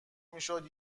میشد